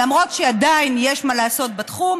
למרות שעדיין יש מה לעשות בתחום.